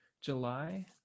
July